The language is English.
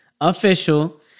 official